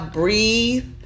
breathe